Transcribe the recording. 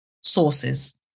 sources